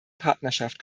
partnerschaft